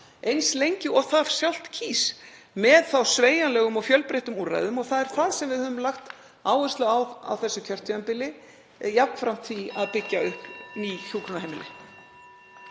eins lengi og það sjálft kýs, með sveigjanlegum og fjölbreyttum úrræðum. Það er það sem við höfum lagt áherslu á á þessu kjörtímabili jafnframt því að byggja upp ný hjúkrunarheimili.